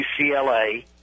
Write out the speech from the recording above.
UCLA